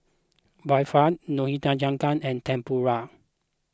Barfi Nikujaga and Tempura